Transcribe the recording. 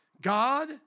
God